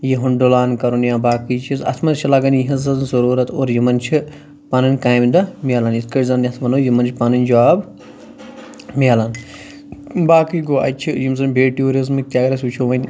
یِہُنٛد ڈولان کَرُن یا باقٕے چیٖز اَتھ منٛز چھِ لگان یِہنٛز ضروٗرت اور یِمن چھِ پَنُن کامہِ دۄہ میلان یِتھ کٲٹھۍ زَن ییٚتھ وَنو یِمن چھِ پَنٕنۍ جوٛاب میِلان باقٕے گوٚو اَتہِ چھِ یِم زَن بیٚیہِ ٹیٛوٗرزمٕکۍ تہِ اَگر أسۍ وُچھو وۄنۍ